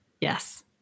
Yes